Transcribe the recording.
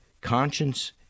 Conscience